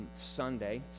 Sunday